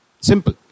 simple